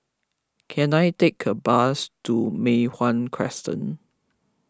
can I take a bus to Mei Hwan Crescent